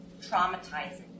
traumatizing